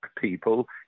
people